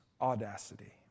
audacity